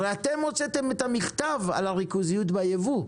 הרי אתם הוצאתם את המכתב על הריכוזיות בייבוא,